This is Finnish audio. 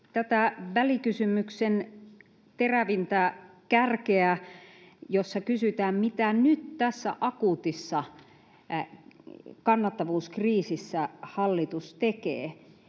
tätä välikysymyksen terävintä kärkeä, jossa kysytään, mitä nyt tässä akuutissa kannattavuuskriisissä hallitus tekee,